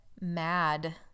mad